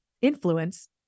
influence